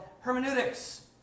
hermeneutics